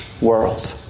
world